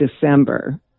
December